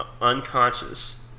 unconscious